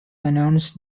announced